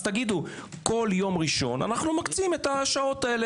אז תגידו: כל יום ראשון אנו מקצים את השעות האלה